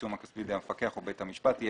העיצום הכספי בידי המפקח או בית המשפט יהיה